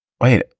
wait